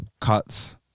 cuts